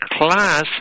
class